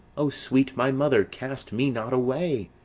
o sweet my mother, cast me not away!